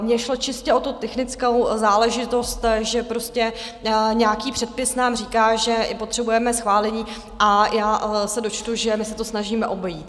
Mně šlo čistě o tu technickou záležitost, že prostě nějaký předpis nám říká, že potřebujeme schválení, a já se dočtu, že my se to snažíme obejít.